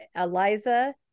Eliza